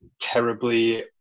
terribly